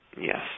Yes